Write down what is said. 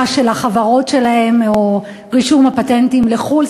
של החברות שלהם או רישום הפטנטים לחו"ל.